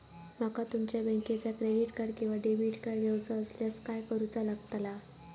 माका तुमच्या बँकेचा क्रेडिट कार्ड किंवा डेबिट कार्ड घेऊचा असल्यास काय करूचा लागताला?